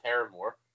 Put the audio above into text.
Paramore